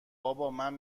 بابام